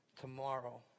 tomorrow